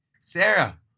Sarah